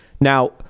Now